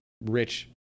rich